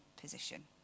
position